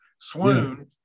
swoon